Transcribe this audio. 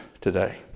today